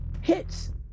hits